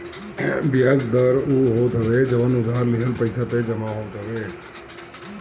बियाज दर उ होत हवे जवन उधार लिहल पईसा पे जमा होत हवे